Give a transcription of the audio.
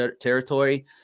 territory